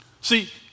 See